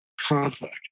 conflict